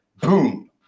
Boom